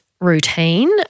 routine